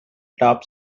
tops